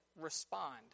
respond